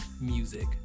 music